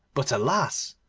but, alas!